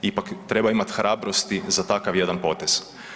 Ipak, treba imati hrabrosti za takav jedan potez.